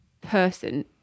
person